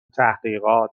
تحقیقات